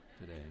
today